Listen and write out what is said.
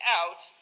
out